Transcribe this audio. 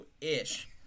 ish